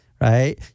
right